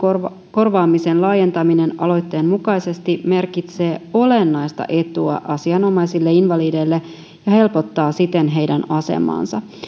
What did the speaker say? korvaamisen laajentaminen aloitteen mukaisesti merkitsee olennaista etua asianomaisille invalideille ja helpottaa siten heidän asemaansa